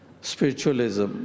spiritualism